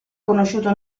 conosciuto